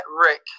Rick